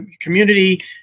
community